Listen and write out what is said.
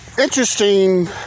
interesting